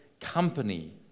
company